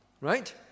right